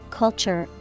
culture